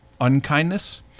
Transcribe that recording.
unkindness